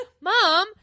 Mom